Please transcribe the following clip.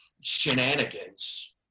shenanigans